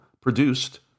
produced